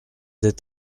des